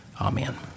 amen